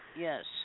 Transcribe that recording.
Yes